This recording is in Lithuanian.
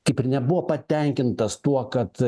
kaip ir nebuvo patenkintas tuo kad